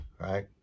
right